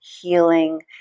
healing